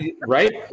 Right